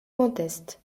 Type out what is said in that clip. conteste